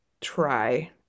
try